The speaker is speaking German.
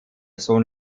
sohn